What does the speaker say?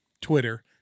twitter